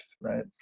right